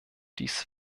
dies